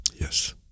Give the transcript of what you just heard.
Yes